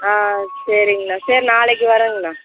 ஆ சரிங்ணா சரி நாளைக்கு வரங்கணா